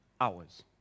hours